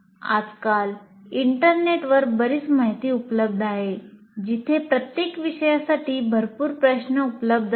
आजकाल इंटरनेटवर बरीच माहिती उपलब्ध आहे जिथे प्रत्येक विषयासाठी भरपूर प्रश्न उपलब्ध असतात